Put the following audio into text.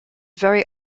very